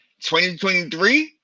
2023